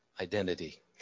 Identity